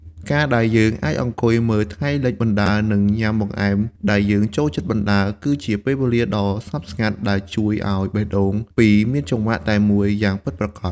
ការដែលយើងអាចអង្គុយមើលថ្ងៃលិចបណ្ដើរ និងញ៉ាំបង្អែមដែលយើងចូលចិត្តបណ្ដើរ គឺជាពេលវេលាដ៏ស្ងប់ស្ងាត់ដែលជួយឱ្យបេះដូងពីរមានចង្វាក់តែមួយយ៉ាងពិតប្រាកដ។